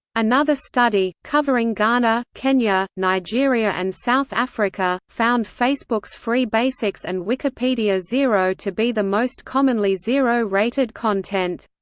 another study, covering ghana, kenya, nigeria and south africa, found facebook's free basics and wikipedia zero to be the most commonly zero-rated content.